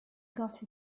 got